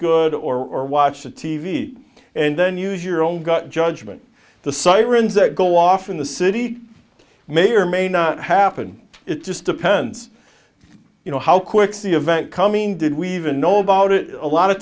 good or watch the t v and then use your own gut judgment the sirens that go off in the city may or may not happen it just depends you know how quick see event coming did we even know about it a lot of